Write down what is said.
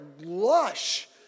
lush